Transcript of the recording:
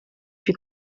più